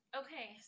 okay